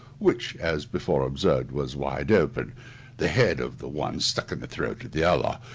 which, as before observed, was wide open the head of the one stuck in the throat of the other!